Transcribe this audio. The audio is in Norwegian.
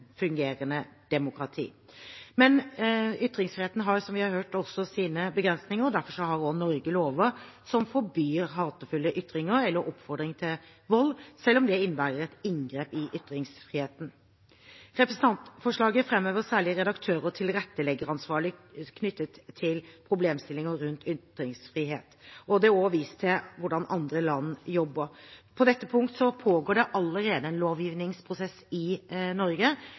fungerende demokrati. Ytringsfriheten har, som vi har hørt, også sine begrensninger, og derfor har Norge lover som forbyr hatefulle ytringer eller oppfordring til vold, selv om det innebærer et inngrep i ytringsfriheten. Representantforslaget framhever særlig redaktør- og tilretteleggeransvaret knyttet til problemstillinger rundt ytringsfriheten. Det er også vist til hvordan andre land jobber. På dette punkt pågår det allerede en lovgivningsprosess i Norge.